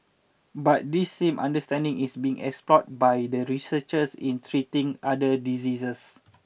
but this same understanding is being explored by the researchers in treating other diseases